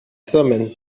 thummim